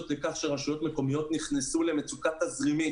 לכך שרשויות מקומיות נכנסו למצוקה תזרימית,